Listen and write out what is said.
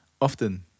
often